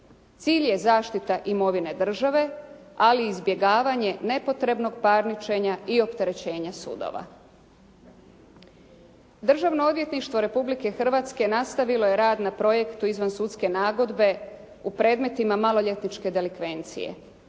Cilj je zaštite imovine države ali i izbjegavanje nepotrebnog parničenja i opterećenja sudova. Državno odvjetništvo Republike Hrvatske nastavilo je rad na projektu izvansudske nagodbe u predmetima maloljetničke delikvencije